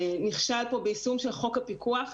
נכשל פה ביישום של חוק הפיקוח,